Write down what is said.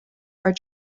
are